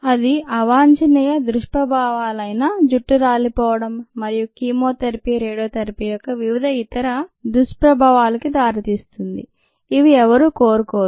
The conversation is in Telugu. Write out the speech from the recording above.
అది అవాంఛనీయ దుష్ప్రభావాలైన జుట్టు రాలిపోవడం మరియు కీమోథెరపీ రేడియోథెరపీ యొక్క వివిధ ఇతర దుష్ప్రభావాలకి దారితీస్తుంది ఇవి ఎవరూ కోరుకోరు